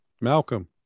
Malcolm